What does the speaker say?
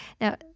Now